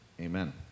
Amen